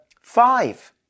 five